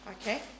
Okay